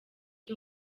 cyo